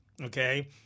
Okay